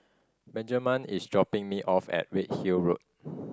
Benjiman is dropping me off at Redhill Road